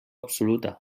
absoluta